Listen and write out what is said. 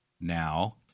now